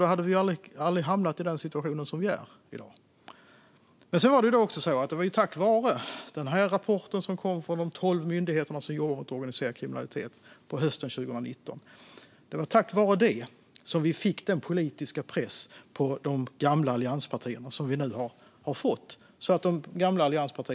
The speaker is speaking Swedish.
Då hade vi aldrig hamnat i den situation vi i dag är i. Men det var också tack vare den rapport som hösten 2019 kom från de tolv myndigheter som jobbar mot organiserad kriminalitet som vi fick den politiska press på de gamla allianspartierna som vi nu har, så att de nu har svängt.